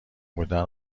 بودن